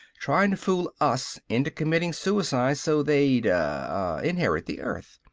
trying to fool us into committing suicide so they'd ah inherit the earth.